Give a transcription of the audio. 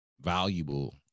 valuable